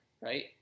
right